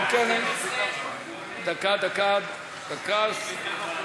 דקה, דקה.